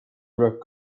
tuleb